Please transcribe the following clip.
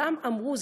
כולם אמרו,